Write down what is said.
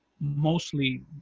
mostly